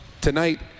Tonight